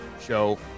show